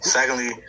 Secondly